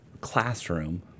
classroom